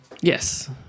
Yes